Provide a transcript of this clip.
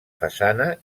façana